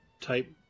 type